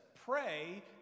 pray